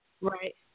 right